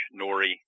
Nori